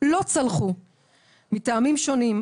לא צלחו מטעמים שונים,